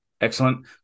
Excellent